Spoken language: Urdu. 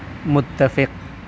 متفق